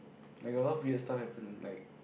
like a lot of weird stuff happened like